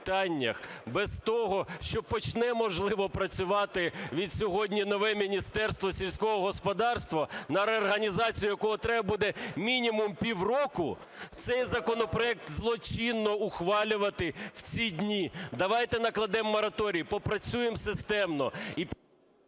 без того, що почне, можливо, працювати від сьогодні нове Міністерство сільського господарства, на реорганізацію якого треба буде мінімум півроку, цей законопроект злочинно ухвалювати в ці дні. Давайте накладемо мораторій, попрацюємо системно…